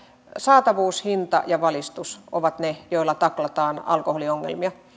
saatavuus hinta ja valistus ovat ne joilla taklataan alkoholiongelmia